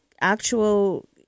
actual